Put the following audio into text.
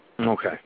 Okay